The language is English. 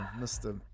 Mr